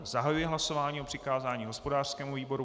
Zahajuji hlasování o přikázání hospodářskému výboru.